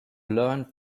learned